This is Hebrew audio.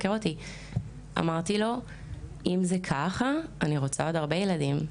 אם זה כך אני רוצה עוד הרבה ילדים.